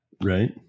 right